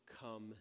come